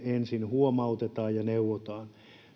ensin huomautetaan ja neuvotaan